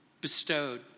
bestowed